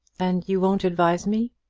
and you won't advise me.